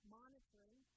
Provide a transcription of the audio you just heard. monitoring